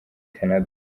canada